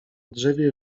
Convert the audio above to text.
drzewie